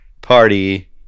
party